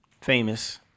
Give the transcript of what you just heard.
famous